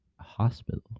Hospital